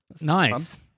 Nice